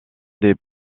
des